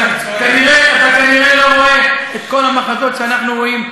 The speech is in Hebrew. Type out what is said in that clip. אתה כנראה לא רואה את כל המחזות שאנחנו רואים,